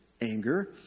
anger